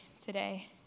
today